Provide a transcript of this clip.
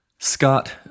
Scott